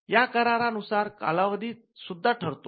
या करार नुसार कालावधी सुद्धा ठरतो